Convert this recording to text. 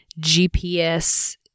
GPS